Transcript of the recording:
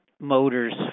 motors